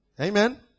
Amen